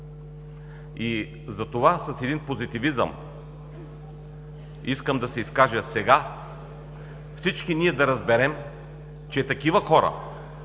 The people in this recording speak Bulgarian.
Затова с един позитивизъм искам да се изкажа сега – всички ние да разберем, че такива хора